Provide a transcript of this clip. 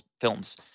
films